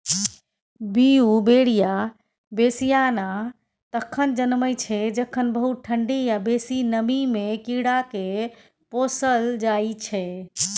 Beauveria bassiana तखन जनमय छै जखन बहुत ठंढी या बेसी नमीमे कीड़ाकेँ पोसल जाइ छै